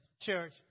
church